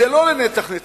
זה לא לנצח נצחים.